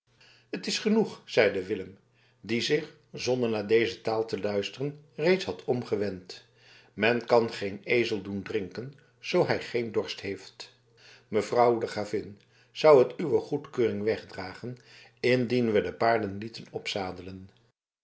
t is genoeg zeide willem die zich zonder naar deze taal te luisteren reeds had omgewend on ne scauroit faire boire un asne s'il n'a soif mevrouw de gravin zou het uwe goedkeuring wegdragen indien we de paarden lieten